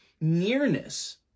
nearness